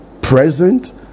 present